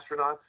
astronauts